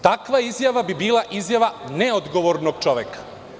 Takva izjava bi bila izjava neodgovornog čoveka.